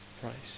price